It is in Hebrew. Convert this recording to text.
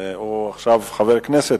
הוא עכשיו חבר כנסת,